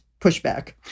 pushback